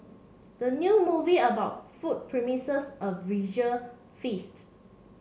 the new movie about food promises a visual feast